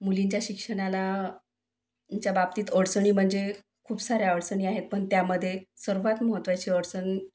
मुलींच्या शिक्षणाला च्याबाबतीत अडचणी म्हणजे खूप साऱ्या अडचणी आहेत पण त्यामध्ये सर्वात महत्वाची अडचण